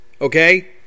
okay